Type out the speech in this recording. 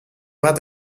bat